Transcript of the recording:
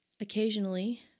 Occasionally